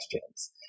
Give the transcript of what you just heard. questions